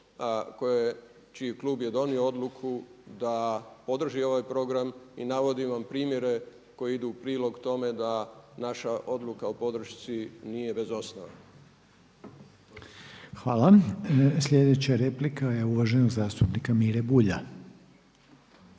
čiji klub je donio odluku da održi ovaj program i navodim vam primjere koji idu u prilog tome da nas odluka o podršci nije bez osnove. **Reiner, Željko (HDZ)** Hvala. Sljedeća replika je uvaženog zastupnika Mire Bulja.